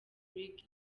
league